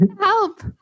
help